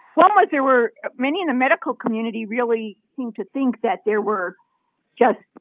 one was there were many in the medical community really seemed to think that there were just